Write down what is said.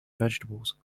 vegetables